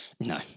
no